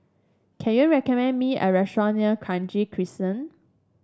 can you recommend me a restaurant near Kranji Crescent